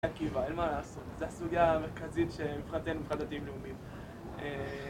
אין מה לעשות, זה הסוגיה המרכזית שמבחינתנו, מבחינת דתיים לאומיים.